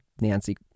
Nancy